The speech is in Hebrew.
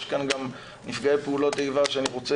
יש כאן גם נפגעי פעולות איבה שאני רוצה